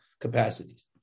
capacities